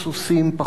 פחות אופנועים,